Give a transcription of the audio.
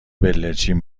بلدرچین